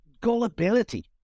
gullibility